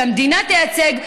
שהמדינה תייצג,